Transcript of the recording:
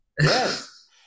Yes